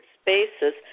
spaces